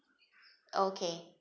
okay